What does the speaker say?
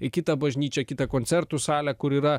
į kitą bažnyčią kitą koncertų salę kur yra